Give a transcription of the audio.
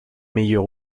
meilleur